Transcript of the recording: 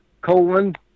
colon